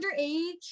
underage